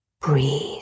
Breathe